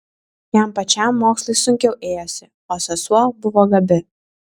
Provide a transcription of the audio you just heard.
jam pačiam mokslai sunkiau ėjosi o sesuo buvo gabi